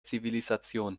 zivilisation